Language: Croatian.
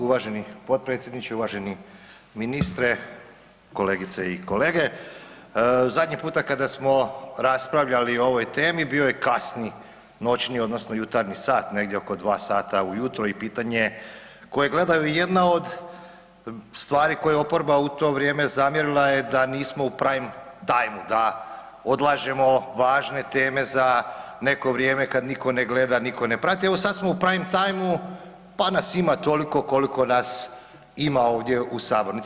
Uvaženi potpredsjedniče, uvaženi ministre, kolegice i kolege, zadnji puta kada smo raspravljali o ovoj temi bio kasni noćni odnosno jutarnji sat negdje oko 2 sata ujutro i pitanje tko je gledao i jedan od stvari koje je oporba u to vrijeme zamjerila je da nismo u prime time da odlažemo važne teme za neko vrijeme kad nitko ne gleda, nitko ne prati, evo sad smo u prime time pa nas ima toliko koliko nas ima ovdje u sabornici.